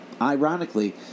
ironically